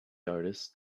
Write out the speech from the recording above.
artist